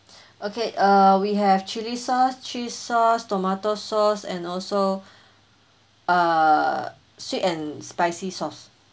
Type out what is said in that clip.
okay uh we have chilli sauce cheese sauce tomato sauce and also uh sweet and spicy sauce